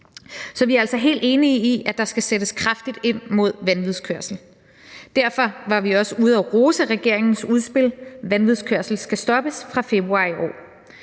Så vi er altså helt enige i, at der skal sættes kraftigt ind mod vanvidskørsel. Derfor var vi også ude at rose regeringens udspil »Vanvidskørsel skal stoppes« fra februar i år.